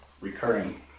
recurring